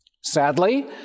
Sadly